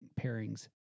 pairings